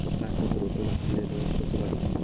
काजूक रोटो लागलेलो कसो काडूचो?